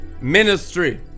ministry